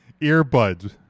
earbuds